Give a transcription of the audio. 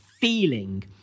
feeling